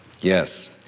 yes